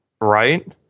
right